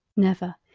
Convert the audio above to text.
never,